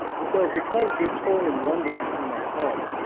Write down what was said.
and so because victorian london became a hub,